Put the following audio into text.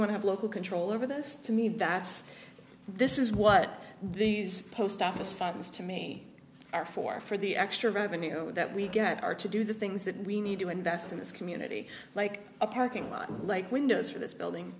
to have local control over this to me that's this is what these post office funds to me are for for the extra revenue that we get are to do the things that we need to invest in this community like a parking lot like windows for this building